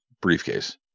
briefcase